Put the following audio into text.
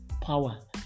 power